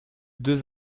deux